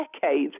decades